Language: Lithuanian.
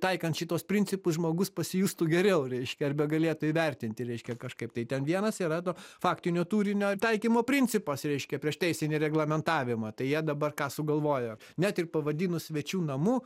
taikant šituos principus žmogus pasijustų geriau reiškia arbe galėtų įvertinti reiškia kažkaip tai ten vienas yra to faktinio turinio taikymo principas reiškia prieš teisinį reglamentavimą tai jie dabar ką sugalvojo net ir pavadinus svečių namu